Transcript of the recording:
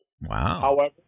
Wow